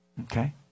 Okay